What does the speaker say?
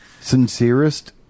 Sincerest